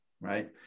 right